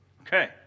Okay